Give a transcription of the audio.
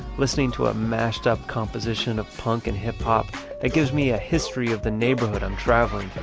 listening to a mashed-up combination of punk and hip-hop that gives me a history of the neighborhood i'm traveling through.